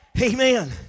Amen